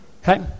Okay